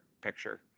picture